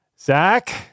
Zach